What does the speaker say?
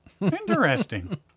Interesting